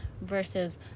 versus